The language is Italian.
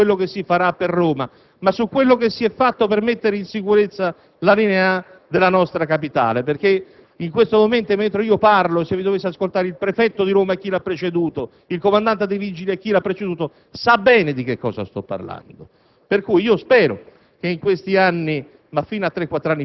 di farci una relazione compiuta sulla linea A; non, però, su quello che si farà per Roma ma su quello che si è fatto per mettere in sicurezza la linea A della nostra capitale. In questo momento se mi dovessero ascoltare il prefetto di Roma, o chi lo ha preceduto, e il comandante dei Vigili del Fuoco, o chi lo ha preceduto, saprebbero bene di che sto parlando.